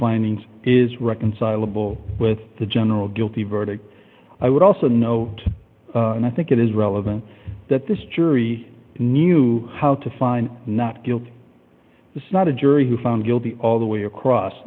findings is reconcilable with the general guilty verdict i would also note and i think it is relevant that this jury knew how to find not guilty it's not a jury who found guilty all the way across